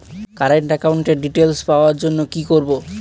Current একাউন্টের details পাওয়ার জন্য কি করব?